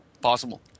possible